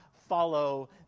follow